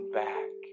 back